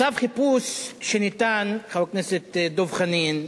צו חיפוש שניתן, חבר הכנסת דב חנין,